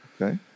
okay